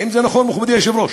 האם זה נכון, מכובדי היושב-ראש?